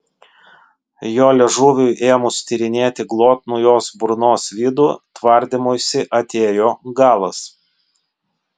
jo liežuviui ėmus tyrinėti glotnų jos burnos vidų tvardymuisi atėjo galas